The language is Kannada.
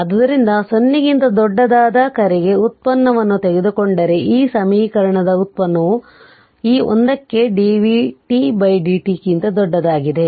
ಆದ್ದರಿಂದ 0 ಕ್ಕಿಂತ ದೊಡ್ಡದಾದ ಕರೆಗೆ ವ್ಯುತ್ಪನ್ನವನ್ನು ತೆಗೆದುಕೊಂಡರೆ ಈ ಸಮೀಕರಣದ ವ್ಯುತ್ಪನ್ನವು ಈ 1 ಕ್ಕೆ dvt dt ಕ್ಕಿಂತ ದೊಡ್ಡದಾಗಿದೆ